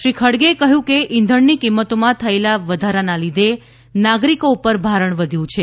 શ્રી ખડગેએ કહ્યું કે ઈંધણની કિંમતોમાં થયેલા વધારાના લીધે નાગરિકો પર ભારણ વધ્યું છે